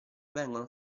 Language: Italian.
vengono